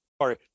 Sorry